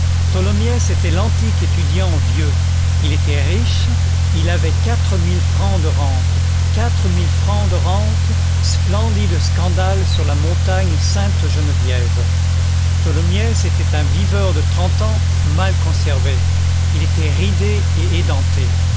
était l'antique étudiant vieux il était riche il avait quatre mille francs de rente quatre mille francs de rente splendide scandale sur la montagne sainte-geneviève tholomyès était un viveur de trente ans mal conservé il était ridé et édenté